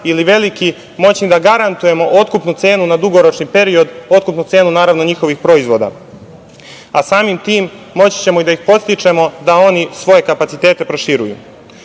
ili veliki, moći da garantujemo otkupnu cenu na dugoročni period, otkupnu cenu naravno njihovih proizvoda, a samim tim moći ćemo da ih podstičemo da oni svoje kapacitete proširuju. Nadovezao